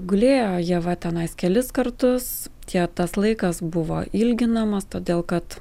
gulėjo ieva tenais kelis kartus tie tas laikas buvo ilginamas todėl kad